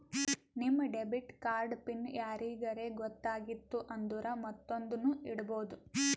ನಿಮ್ debit card pin ಯಾರಿಗರೇ ಗೊತ್ತಾಗಿತ್ತು ಅಂದುರ್ ಮತ್ತೊಂದ್ನು ಇಡ್ಬೋದು